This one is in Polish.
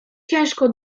ciężko